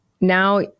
Now